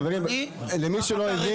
חברים למי שלא הבין,